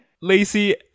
Lacey